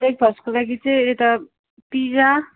ब्रेकफास्टको लागि चाहिँ यता पिज्जा